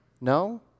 No